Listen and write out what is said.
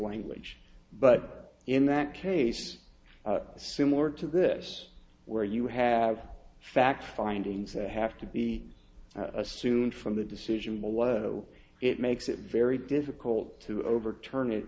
language but in that case similar to this where you have facts findings that have to be assumed from the decision below it makes it very difficult to overturn it